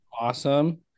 awesome